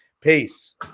Peace